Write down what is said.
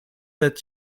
that